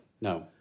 No